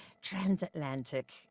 transatlantic